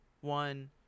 one